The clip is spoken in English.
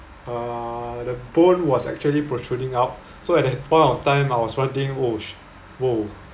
uh the bone was actually protruding out so at that point of time I was wanting !whoa! !whoa!